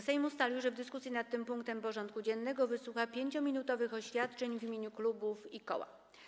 Sejm ustalił, że w dyskusji nad tym punktem porządku dziennego wysłucha 5-minutowych oświadczeń w imieniu klubów i koła.